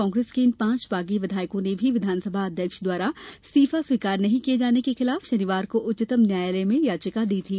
कांग्रेस के इन पांच बागी विधायकों ने भी विधानसभा अध्यक्ष द्वारा इस्तीफा स्वीकार नहीं किये जाने के खिलाफ शनिवार को उच्चतम न्यायालय में याचिका दी थी